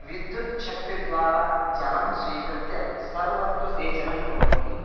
विद्युत् शक्तिद्वारा जलं स्वीकृत्य सर्वत्र सेचनं कुर्वन्ति